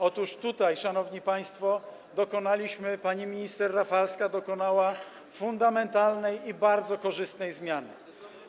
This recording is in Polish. Otóż tutaj, szanowni państwo, pani minister Rafalska dokonała fundamentalnej i bardzo korzystnej zmiany.